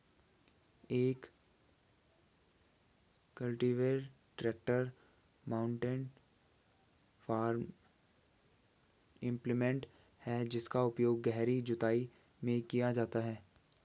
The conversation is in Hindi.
एक cultivator tractor mounted farm implement है जिसका उपयोग गहरी जुताई में किया जाता है